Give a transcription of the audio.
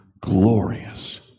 glorious